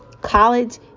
College